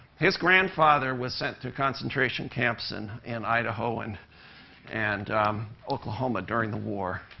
his grandfather was sent to concentration camps in and idaho and and oklahoma during the war.